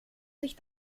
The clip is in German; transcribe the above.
sich